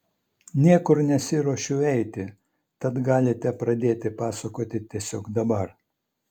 niekur nesiruošiu eiti tad galite pradėti pasakoti tiesiog dabar